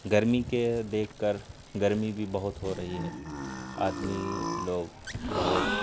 گرمی کے دیکھ کر گرمی بھی بہت ہو رہی ہے آدمی لوگ بہت